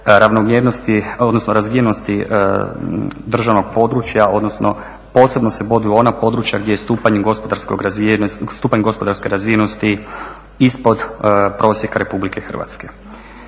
ravnomjernosti odnosno razvijenosti državnog područja odnosno posebno se boduju ona područja gdje je stupanj gospodarske razvijenosti ispod prosjeka RH. Što se